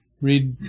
read